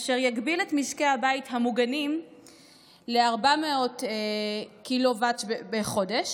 אשר יגביל את משקי הבית המוגנים ל-400 קילוואט בחודש,